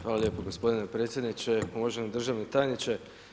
Hvala lijepo gospodine predsjedniče, uvaženi državni tajniče.